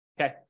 okay